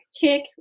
tick